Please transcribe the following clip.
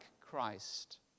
Christ